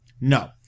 No